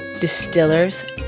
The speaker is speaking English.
distillers